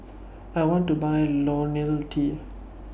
I want to Buy Ionil T